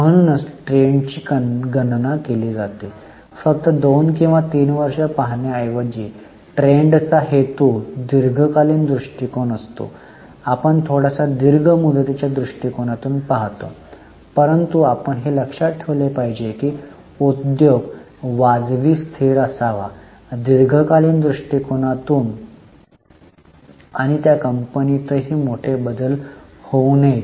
म्हणूनच ट्रेंडची गणना केली जाते फक्त 2 किंवा 3 वर्षे पाहण्याऐवजी ट्रेंडचा हेतू दीर्घकालीन दृष्टीकोन असतो आपण थोडासा दीर्घ मुदतीच्या दृष्टीकोनातून पाहतो परंतु आपण हे लक्षात ठेवले पाहिजे की उद्योग वाजवी स्थिर असावा दीर्घकालीन दृष्टीकोनातून आणि त्या कंपनीतही मोठे बदल होऊ नयेत